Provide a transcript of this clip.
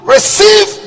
Receive